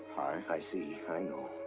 i see, i know.